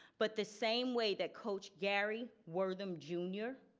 but the same way that coach gary wortham jr.